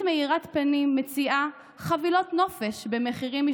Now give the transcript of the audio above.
ואפליה מהותית בינם לבין אוכלוסיות אחרות באתרים הקדושים.